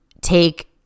take